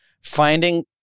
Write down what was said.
finding